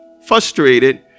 frustrated